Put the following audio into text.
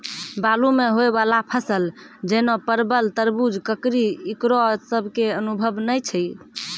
बालू मे होय वाला फसल जैना परबल, तरबूज, ककड़ी ईकरो सब के अनुभव नेय छै?